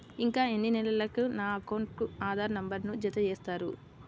ఇంకా ఎన్ని నెలలక నా అకౌంట్కు ఆధార్ నంబర్ను జత చేస్తారు?